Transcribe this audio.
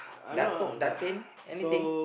datuk datin anything